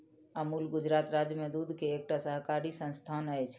अमूल गुजरात राज्य में दूध के एकटा सहकारी संस्थान अछि